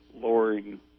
lowering